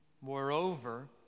Moreover